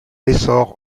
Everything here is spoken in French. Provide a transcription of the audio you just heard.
essor